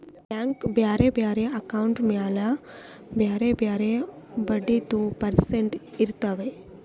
bank ಬ್ಯಾರೆ ಬ್ಯಾರೆ account ಮ್ಯಾಲ ಬ್ಯಾರೆ ಬ್ಯಾರೆ ಬಡ್ಡಿದು ಪರ್ಸೆಂಟ್ ಇರ್ತಾವ್